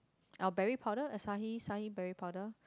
our berry powder acai acai berry power